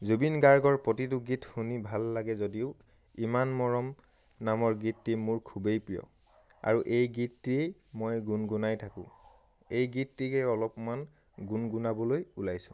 জুবিন গাৰ্গৰ প্ৰতিটো গীত শুনি ভাল লাগে যদিও ইমান মৰম নামৰ গীতটি মোৰ খুবেই প্ৰিয় আৰু এই গীতটি মই গুণগুণাই থাকোঁ এই গীতটিকে অলপমান গুণগুণাবলৈ ওলাইছোঁ